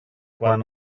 quan